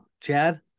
Chad